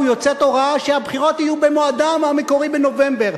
יוצאת הוראה שהבחירות יהיו במועדן המקורי בנובמבר,